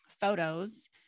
photos